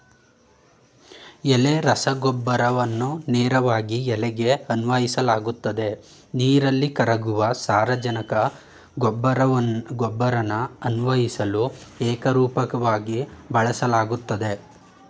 ಎಲೆ ರಸಗೊಬ್ಬರನ ನೇರವಾಗಿ ಎಲೆಗೆ ಅನ್ವಯಿಸಲಾಗ್ತದೆ ನೀರಲ್ಲಿ ಕರಗುವ ಸಾರಜನಕ ಗೊಬ್ಬರನ ಅನ್ವಯಿಸಲು ಏಕರೂಪವಾಗಿ ಬಳಸಲಾಗ್ತದೆ